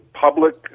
public